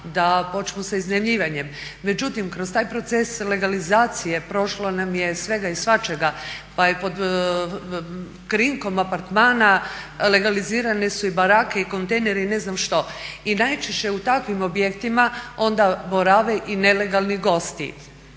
da počnu sa iznajmljivanjem. Međutim, kroz taj proces legalizacije prošlo nam je svega i svačega pa je pod krinkom apartmana legalizirane su i barake i kontejneri i ne znam što. I najčešće u takvim objektima onda borave i nelegalni gosti.